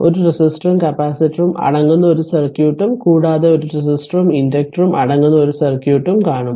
ഒരു റെസിസ്റ്ററും കപ്പാസിറ്ററും അടങ്ങുന്ന ഒരു സർക്യൂട്ടും കൂടാതെ ഒരു റെസിസ്റ്ററും ഇൻഡക്ടറും അടങ്ങുന്ന ഒരു സർക്യൂട്ട് കാണും